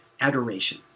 adoration